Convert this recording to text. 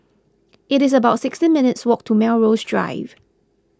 it's about sixteen minutes' walk to Melrose Drive